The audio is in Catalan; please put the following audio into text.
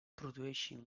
produeixi